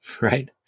Right